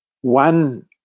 One